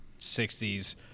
60s